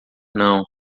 não